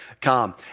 come